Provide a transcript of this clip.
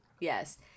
Yes